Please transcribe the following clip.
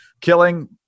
killing